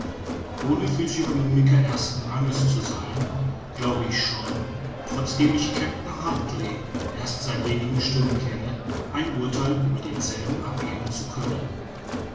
ohne physiognomiker ersten ranges zu sein glaube ich schon trotzdem ich kapitän huntly erst seit wenigen stunden kenne ein urtheil über denselben abgeben zu können